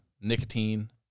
nicotine